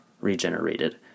regenerated